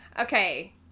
Okay